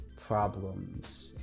problems